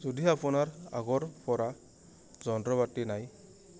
যদি আপোনাৰ আগৰ পৰা যন্ত্ৰ পাতি নাই